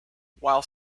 while